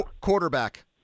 Quarterback